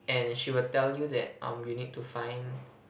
and she will tell you that um you need to find